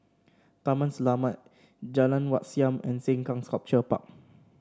Taman Selamat Jalan Wat Siam and Sengkang Sculpture Park